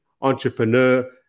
entrepreneur